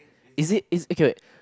is it it could